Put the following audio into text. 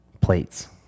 plates